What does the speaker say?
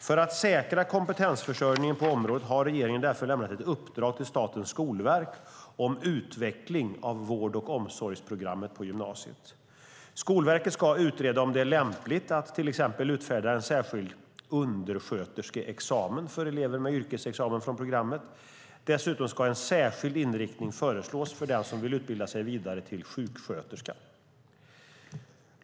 För att säkra kompetensförsörjningen på området har regeringen därför lämnat ett uppdrag till Statens skolverk om utveckling av vård och omsorgsprogrammet på gymnasiet. Skolverket ska utreda om det är lämpligt att till exempel utfärda en särskild undersköterskeexamen för elever med yrkesexamen från programmet. Dessutom ska en särskild inriktning föreslås för den som vill utbilda sig vidare till sjuksköterska.